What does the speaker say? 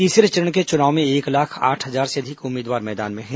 तीसरे चरण के चुनाव में एक लाख आठ हजार से अधिक उम्मीदवार मैदान में हैं